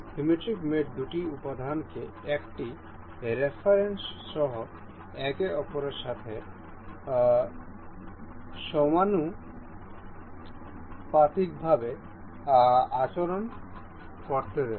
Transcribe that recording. symmetric মেট দুটি উপাদানকে একটি রেফারেন্সসহ একে অপরের সাথে সমানুপাতিকভাবে আচরণ করতে দেয়